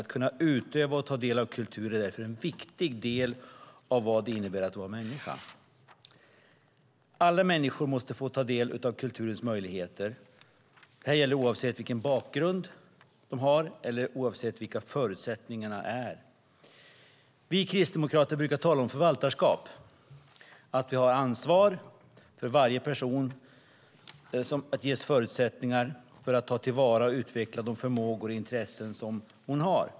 Att kunna utöva och ta del av kultur är därför en viktig del av vad det innebär att vara människa. Alla människor måste få ta del av kulturens möjligheter. Det här gäller oavsett vilken bakgrund de har och oavsett vilka förutsättningarna är. Vi kristdemokrater brukar tala om förvaltarskap, att vi har ett ansvar för att varje person ges förutsättningar för att ta till vara och utveckla de förmågor och intressen som hon har.